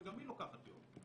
וגם היא לוקחת יום,